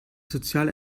soziale